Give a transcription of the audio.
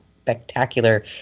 spectacular